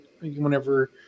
whenever